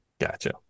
Gotcha